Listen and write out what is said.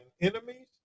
enemies